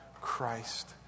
Christ